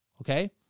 okay